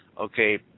Okay